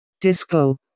Disco